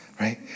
right